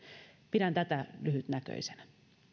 pidän tätä lyhytnäköisenä